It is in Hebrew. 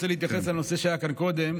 אני רוצה להתייחס לנושא שהיה כאן קודם.